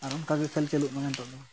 ᱟᱨ ᱚᱱᱠᱟᱜᱮ ᱠᱷᱮᱞ ᱪᱟᱹᱞᱩᱜ ᱢᱟ ᱱᱤᱛᱳᱜ ᱫᱚ